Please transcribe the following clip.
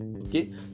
okay